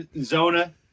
Zona